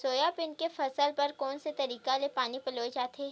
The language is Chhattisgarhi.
सोयाबीन के फसल बर कोन से तरीका ले पानी पलोय जाथे?